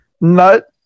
Nut